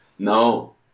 No